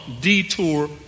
detour